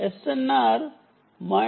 SNR minus 2